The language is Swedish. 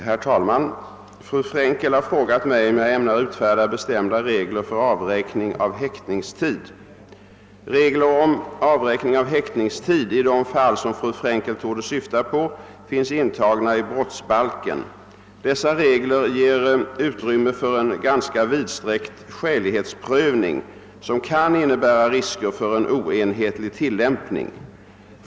Herr talman! Fru Frenkel har frågat mig, om jag ämnar utfärda bestämda regler för avräkning av häktningstid. Regler om avräkning av häktningstid i de fall som fru Frzenkel torde syfta på finns intagna i brottsbalken. Dessa regler ger utrymme för en ganska vidsträckt skälighetsprövning som kan innebära risker för en oenhetlig tilllämpning.